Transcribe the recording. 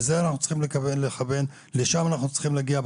לזה אנחנו צריכים לכוון, לשם אנחנו צריכים להגיע.